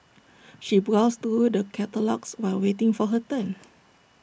she browsed through the catalogues while waiting for her turn